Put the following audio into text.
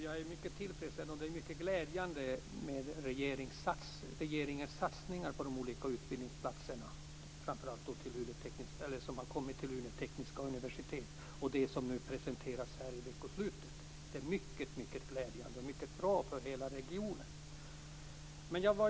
Fru talman! Det är glädjande med regeringens satsningar på olika utbildningsplatser - framför allt de som kommit till Luleå tekniska universitet. Det är glädjande och bra för hela regionen.